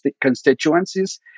constituencies